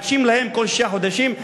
מחדשים להם כל שישה חודשים.